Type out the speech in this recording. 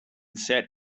set